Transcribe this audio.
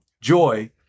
joy